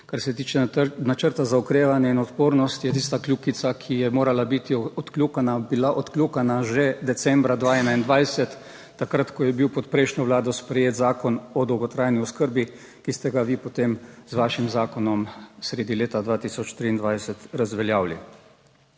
Kar se tiče načrta za okrevanje in odpornost, je tista kljukica, ki je morala biti odkljukana, bila odkljukana že decembra 2021, takrat, ko je bil pod prejšnjo vlado sprejet Zakon o dolgotrajni oskrbi, ki ste ga vi potem z vašim zakonom sredi leta 2023 razveljavili.